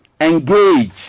engage